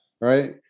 Right